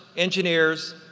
engineers,